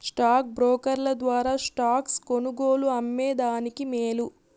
stock బ్రోకర్ల ద్వారా stocks కొనుగోలు, అమ్మే దానికి మేలు